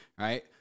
right